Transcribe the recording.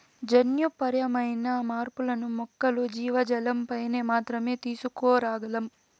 జన్యుపరమైన మార్పులను మొక్కలు, జీవజాలంపైన మాత్రమే తీసుకురాగలం